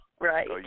right